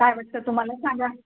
काय वाटतं तुम्हाला सांगा